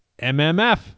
mmf